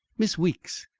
miss weeks,